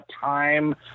time